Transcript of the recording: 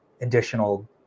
additional